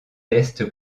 test